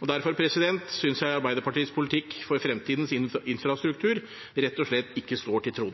og derfor synes jeg Arbeiderpartiets politikk for fremtidens infrastruktur rett og slett ikke står til